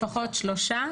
לפחות שלושה.